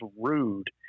rude